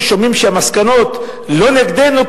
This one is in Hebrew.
כששומעים שהמסקנות לא נגדנו,